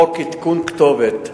חוק עדכון כתובת,